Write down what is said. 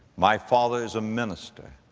my father is a minister,